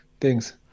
Thanks